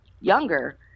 younger